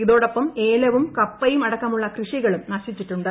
ഇതോടൊപ്പം ഏല്പു്ം കപ്പയും അടക്കമുള്ള കൃഷികളും നശിച്ചിട്ടുണ്ട്